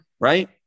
right